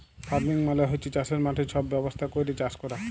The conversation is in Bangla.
ফার্মিং মালে হছে চাষের মাঠে ছব ব্যবস্থা ক্যইরে চাষ ক্যরা